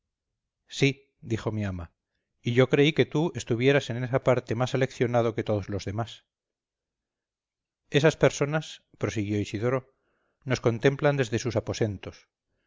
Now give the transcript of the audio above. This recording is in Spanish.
sí dijo mi ama y yo creí que tú estuvieras en esa parte más aleccionado que todos los demás esas personas prosiguió isidoro nos contemplan desde sus aposentos